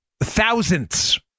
thousands